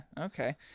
okay